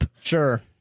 Sure